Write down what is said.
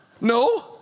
no